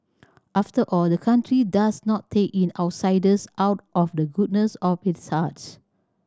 after all the country does not take in outsiders out of the goodness of its heart